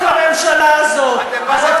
נעשו בתקופה מסוימת כמעט לחם חוקו של העם היהודי.